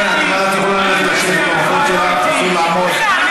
תודה רבה, חברת הכנסת גרמן.